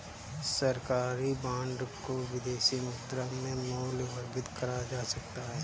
सरकारी बॉन्ड को विदेशी मुद्रा में मूल्यवर्गित करा जा सकता है